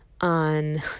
on